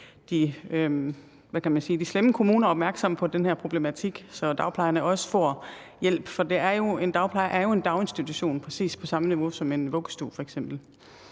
de slemme kommuner opmærksomme på den her problematik, så dagplejerne også får hjælp. For en dagplejer er jo en daginstitution, præcis på samme niveau som f.eks. en vuggestue.